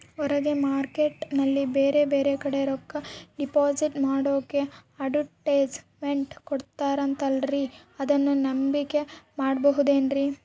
ಹೊರಗೆ ಮಾರ್ಕೇಟ್ ನಲ್ಲಿ ಬೇರೆ ಬೇರೆ ಕಡೆ ರೊಕ್ಕ ಡಿಪಾಸಿಟ್ ಮಾಡೋಕೆ ಅಡುಟ್ಯಸ್ ಮೆಂಟ್ ಕೊಡುತ್ತಾರಲ್ರೇ ಅದನ್ನು ನಂಬಿಕೆ ಮಾಡಬಹುದೇನ್ರಿ?